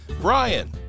Brian